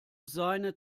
seine